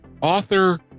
author